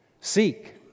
Seek